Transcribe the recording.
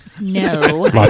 No